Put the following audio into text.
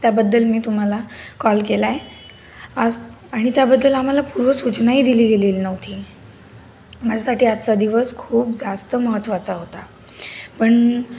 त्याबद्दल मी तुम्हाला कॉल केला आहे आज आणि त्याबद्दल आम्हाला पूर्व सूचनाही दिली गेलेली नव्हती माझ्यासाठी आजचा दिवस खूप जास्त महत्त्वाचा होता पण